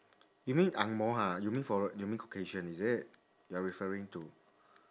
you mean angmoh ha you mean forei~ you mean caucasian is it you are referring to